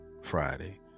friday